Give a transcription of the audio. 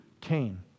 Cain